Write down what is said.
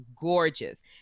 gorgeous